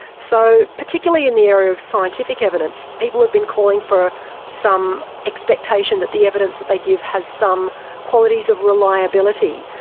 so particularly in the area of scientific evidence people have been calling for some expectation that the evidence that they give has some qualities of reliability,